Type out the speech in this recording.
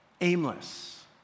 aimless